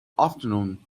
afternoon